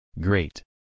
great